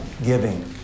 giving